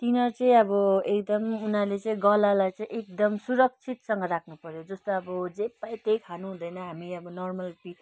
तिनीहरू चाहिँ अब एकदम उनीहरूले चाहिँ गलालाई चाहिँ एकदम सुरक्षितसँग राख्नु पर्यो जस्तै अब जे पायो त्यही खानु हुँदैन हामी अब नर्मल पि